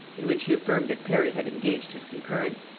in which he affirmed that parry had engaged his concurrence.